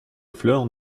fleurs